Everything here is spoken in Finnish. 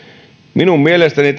minun mielestäni